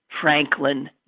Franklin